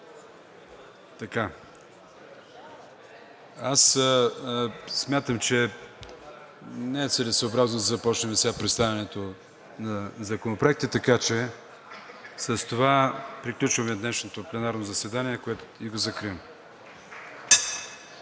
Аз смятам, че не е целесъобразно да започнем сега представянето на Законопроекта, така че с това приключваме днешното пленарно заседание и го закривам.